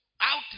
out